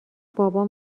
بابام